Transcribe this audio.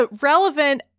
relevant